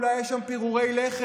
אולי יש שם פירורי לחם?